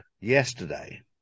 yesterday